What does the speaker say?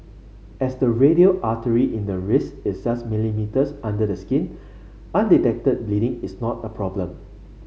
as the radial artery in the wrist is just millimetres under the skin undetected bleeding is not a problem